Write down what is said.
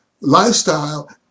lifestyle